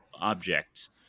object